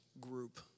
group